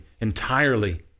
entirely